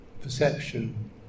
perception